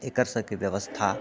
एकर सभके व्यवस्था